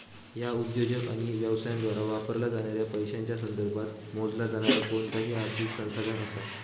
ह्या उद्योजक आणि व्यवसायांद्वारा वापरला जाणाऱ्या पैशांच्या संदर्भात मोजला जाणारा कोणताही आर्थिक संसाधन असा